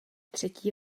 třetí